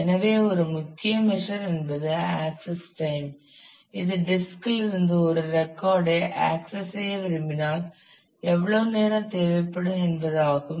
எனவே ஒரு முக்கிய மெசர் என்பது ஆக்சஸ் டைம் இது டிஸ்கில் இருந்து ஒரு ரெக்கார்ட் ஐ ஆக்சஸ் செய்ய விரும்பினால் எவ்வளவு நேரம் தேவைப்படும் என்பதாகும்